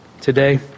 Today